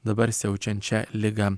dabar siaučiančią ligą